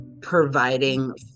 providing